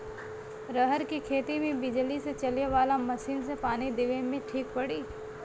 रहर के खेती मे बिजली से चले वाला मसीन से पानी देवे मे ठीक पड़ी?